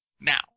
now